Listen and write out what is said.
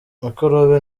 mikorobe